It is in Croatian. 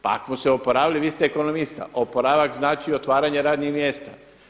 Pa ako smo se oporavili, vi ste ekonomista, oporavak znači otvaranje radnih mjesta.